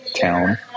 town